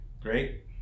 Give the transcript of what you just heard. Great